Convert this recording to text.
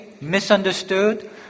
Misunderstood